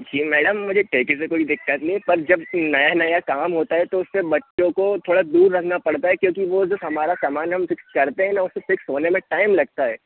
जी madam मुझे ठेके से कोई दिक्कत नई है पर जब नया नया काम होता है तो उस पर बच्चों को थोड़ा दूर रखना पड़ता है क्योंकि वो जो हमारा सामान है उसे करते हैं ना उसे फिक्स होने में टाइम लगता है